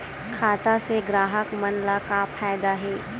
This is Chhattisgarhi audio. खाता से ग्राहक मन ला का फ़ायदा हे?